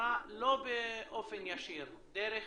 למשטרה לא באופן ישיר, דרך